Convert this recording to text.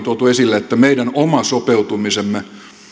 tuotu esille että meidän oma sopeutumisemme